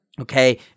okay